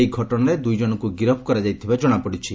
ଏହି ଘଟଣାରେ ଦୁଇଜଶଙ୍କୁ ଗିରଫ କରାଯାଇଥିବା ଜଶାପଡିଛି